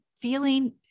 feeling